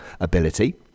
ability